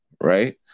Right